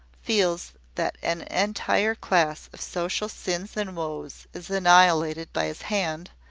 feels that an entire class of social sins and woes is annihilated by his hand,